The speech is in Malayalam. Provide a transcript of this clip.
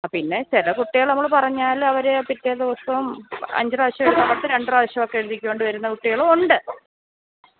ആ പിന്നെ ചില കുട്ടികൾ നമ്മൾ പറഞ്ഞാലവർ പിറ്റേ ദിവസോം അഞ്ച് പ്രാവശ്യം എഴുതാൻ പറഞ്ഞാൽ രണ്ട് പ്രാവശ്യമൊക്കെ എഴുതി കൊണ്ട് വരുന്ന കുട്ടികളുമുണ്ട്